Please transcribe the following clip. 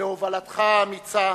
בהובלתך האמיצה,